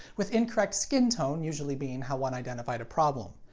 with incorrect skin tone usually being how one identified a problem.